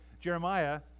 Jeremiah